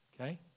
okay